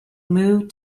moved